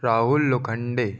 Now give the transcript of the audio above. Rahul Lokhande